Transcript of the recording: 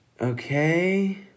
Okay